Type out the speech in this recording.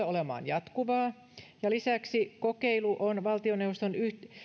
olemaan jatkuvaa ja lisäksi kokeilu on valtioneuvoston